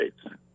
States